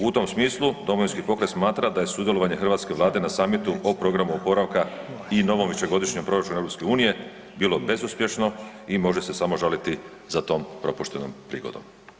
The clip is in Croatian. U tom smislu Domovinski pokret smatra da je sudjelovanje Hrvatske vlade na samitu o programu oporavka i novom višegodišnjem proračunu EU bilo bezuspješno i može se samo žaliti za tom propuštenom prigodom.